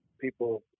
people